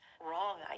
wrong